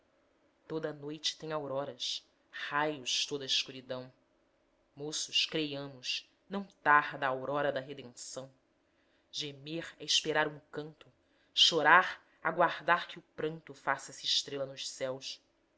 toda noite tem auroras raios toda a escuridão moços creiamos não tarda a aurora da redenção gemer é esperar um canto chorar aguardar que o pranto faça-se estrela nos céus